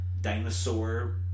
dinosaur